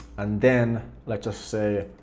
and then let's just say,